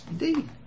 Indeed